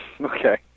Okay